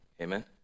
Amen